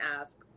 ask